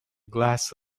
glass